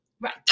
right